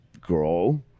grow